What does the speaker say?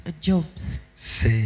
jobs